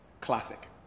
classic